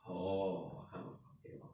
orh I okay lor